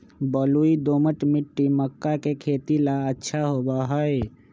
बलुई, दोमट मिट्टी मक्का के खेती ला अच्छा होबा हई